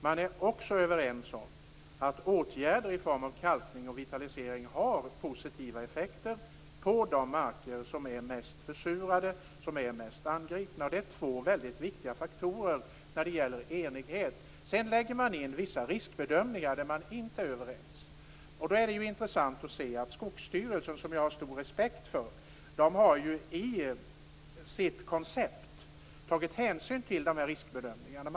Man är också överens om att åtgärder i form av kalkning och vitalisering har positiva effekter på de marker som är mest försurade och mest angripna. Det är två väldigt viktiga faktorer när det gäller enighet. Sedan lägger man in vissa riskbedömningar, där man inte är överens. Det är då intressant att se att Skogsstyrelsen, som jag har stor respekt för, i sitt koncept har tagit hänsyn till de här riskbedömningarna.